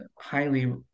highly